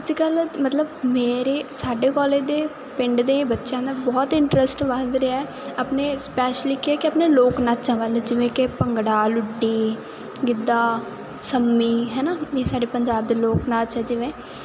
ਅੱਜਕੱਲ ਮਤਲਬ ਮੇਰੇ ਸਾਡੇ ਕਾਲਜ ਦੇ ਪਿੰਡ ਦੇ ਬੱਚਿਆਂ ਦਾ ਬਹੁਤ ਇੰਟਰਸਟ ਵੱਧ ਰਿਹਾ ਆਪਣੇ ਸਪੈਸ਼ਲੀ ਕਿਹਾ ਕਿ ਆਪਣੇ ਲੋਕ ਨਾਚਾਂ ਵੱਲ ਜਿਵੇਂ ਕਿ ਭੰਗੜਾ ਲੁੱਟੀ ਗਿੱਦਾ ਸੰਮੀ ਹੈਨਾ ਇਹ ਸਾਡੇ ਪੰਜਾਬ ਦੇ ਲੋਕ ਨਾਚ ਜਿਵੇਂ